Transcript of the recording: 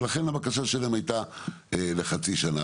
ולכן הבקשה שלהם הייתה לחצי שנה.